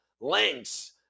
links